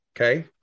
okay